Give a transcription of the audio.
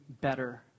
better